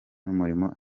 n’umurimo